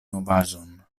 novaĵon